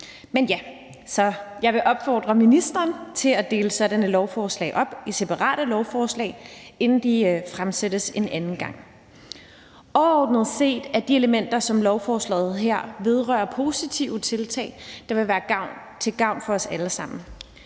Så ja, jeg vil opfordre ministeren til en anden gang at dele sådanne lovforslag op i separate lovforslag, inden de fremsættes. Overordnet set er de elementer, som lovforslaget her vedrører, positive tiltag, der vil være til gavn for os alle sammen.